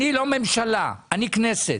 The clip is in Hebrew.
אני לא הממשלה אני הכנסת.